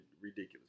ridiculous